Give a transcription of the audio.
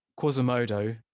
Quasimodo